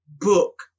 book